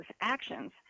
actions